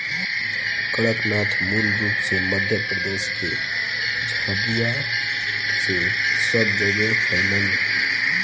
कड़कनाथ मूल रूप से मध्यप्रदेश के झाबुआ से सब जगेह फईलल